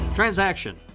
Transaction